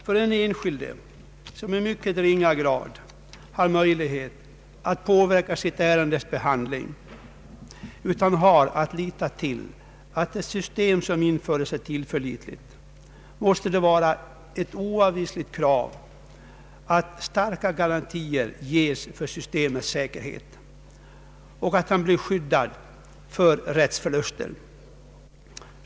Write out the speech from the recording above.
För den enskilde, som i mycket ringa grad har möjlighet att påverka sitt ärendes behandling utan har att lita till att det system som införs är tillförlitligt, måste det vara ett oavvisligt krav att starka garantier ges för systemets säkerhet och att han blir skyddad för rättsförluster.